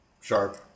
Sharp